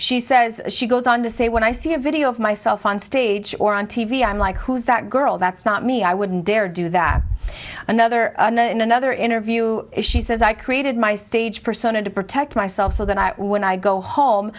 she says she goes on to say when i see a video of myself on stage or on t v i'm like who's that girl that's not me i wouldn't dare do that another in another interview she says i created my stage persona to protect myself so that when i go home